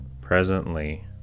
Presently